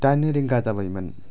दाइन रिंगा जाबायमोन